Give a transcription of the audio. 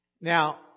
Now